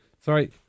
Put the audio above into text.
sorry